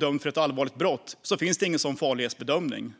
dömd för ett allvarligt brott finns det dock ingen sådan farlighetsbedömning.